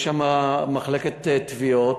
יש שם מחלקת תביעות,